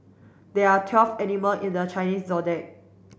there are twelve animal in the Chinese Zodiac